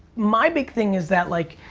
my big thing is that like,